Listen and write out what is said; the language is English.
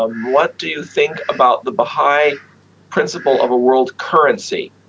um what do you think about the baha'i principle of a world currency?